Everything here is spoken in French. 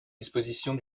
dispositions